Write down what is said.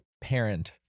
parent